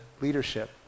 leadership